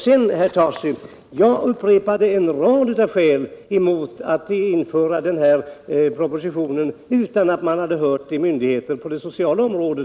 Sedan, herr Tarschys, upprepade jag en rad skäl mot att propositionen 65 framläggs utan att man har hört berörda myndigheter på det sociala området.